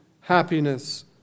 happiness